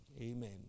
amen